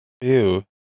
Ew